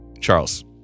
Charles